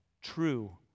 true